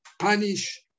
punish